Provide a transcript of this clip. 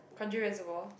Kranji Reservoir